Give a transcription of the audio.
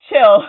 chill